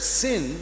sin